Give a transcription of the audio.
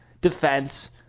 defense—